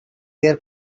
their